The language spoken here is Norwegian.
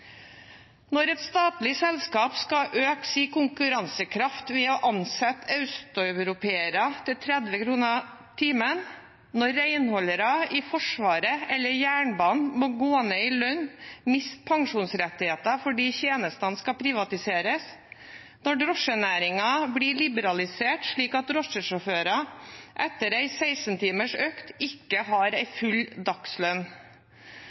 Når et statlig selskap skal øke sin konkurransekraft ved å ansette østeuropeere til 30 kr timen, når renholdere i Forsvaret eller jernbanen må gå ned i lønn og miste pensjonsrettigheter fordi tjenesten skal privatiseres, når drosjenæringen blir liberalisert, slik at drosjesjåfører etter en 16-timers økt ikke har en full dagslønn,